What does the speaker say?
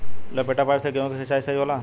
लपेटा पाइप से गेहूँ के सिचाई सही होला?